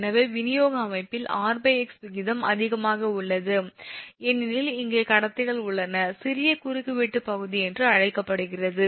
எனவே விநியோக அமைப்பில் 𝑟𝑥 விகிதம் அதிகமாக உள்ளது ஏனெனில் இங்கே கடத்திகள் உள்ளன சிறிய குறுக்கு வெட்டு பகுதி என்று அழைக்கப்படுகிறது